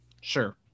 Sure